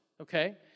okay